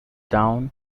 down